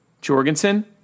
Jorgensen